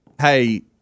hey